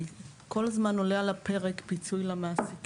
כל הזמן עולה על הפרק הנושא של פיצוי למעסיקים,